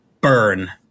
Burn